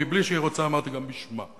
מבלי שהיא רוצה אמרתי גם בשמה,